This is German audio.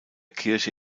kirche